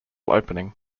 opening